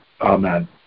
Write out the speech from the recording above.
amen